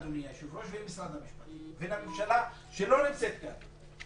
אדוני היושב-ראש ומשרד המשפטים והממשלה שלא נמצאת כאן.